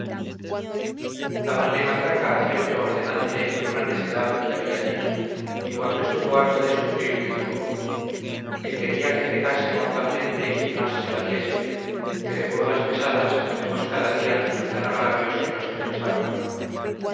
dabanle matraca a cierto ordenante por una necedad que había dicho y cuando estuvo harto de sufrir dijo que quería que pecase mortalmente quien más se la diese que de burlas pesadas vemos cada día resultar agravios que no se pensaron